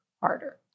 harder